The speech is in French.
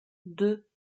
deux